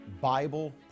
Bible